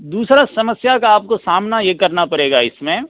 दूसरी समस्या का आपको सामना ये करना पड़ेगा इस में